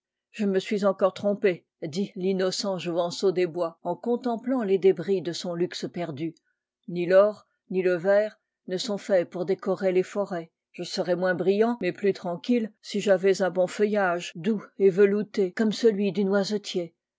je me suis encore trompé dit l'innocent jouvenceau des bois en contemplant les débris de son luxe perdu ni l'or ni le verre ne sont faits pour décorer les forêts je serais moins brillant mais plus tranquille si j'avais un bon feuillr ge doux et velouté comme celui du noisetier